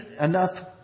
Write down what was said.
enough